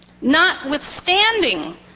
notwithstanding